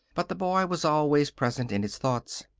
but the boy was always present in his thoughts.